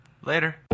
Later